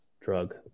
drug